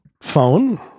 Phone